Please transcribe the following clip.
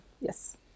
Yes